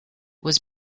was